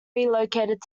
relocated